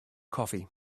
coffee